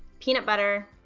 peanut butter,